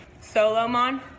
Solomon